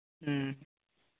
ᱦᱮᱸ